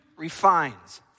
refines